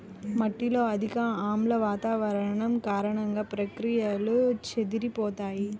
మట్టిలో అధిక ఆమ్ల వాతావరణం కారణంగా, ప్రక్రియలు చెదిరిపోతాయి